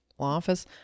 office